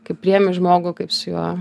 kaip priėmi žmogų kaip su juo